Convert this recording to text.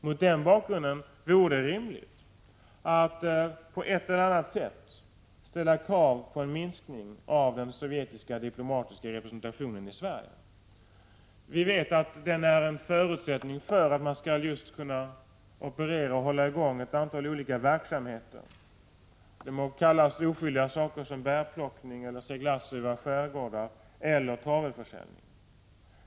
Mot den bakgrunden vore det rimligt att på ett eller annat sätt ställa krav på en minskning av den sovjetiska diplomatiska representationen i Sverige. Vi vet att den är en förutsättning för att man skall kunna operera och hålla i gång ett antal olika verksamheter. De må kallas oskyldiga saker som bärplockning, seglats i våra skärgårdar eller tavelförsäljning.